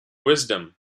wisdom